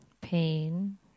pain